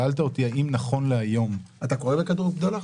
שאלת אותי האם נכון להיום --- אתה קורא בכדור בדולח?